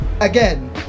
Again